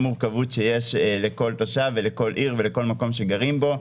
מורכבות שיש לכל תושב ולכל עיר ולכל מקום שגרים בו.